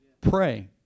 Pray